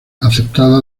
aceptada